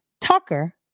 Tucker